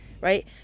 right